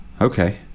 Okay